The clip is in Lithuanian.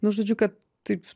nu žodžiu kad taip